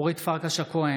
אינה נוכחת אורית פרקש הכהן,